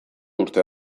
urte